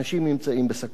אנשים נמצאים בסכנה.